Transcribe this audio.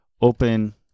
open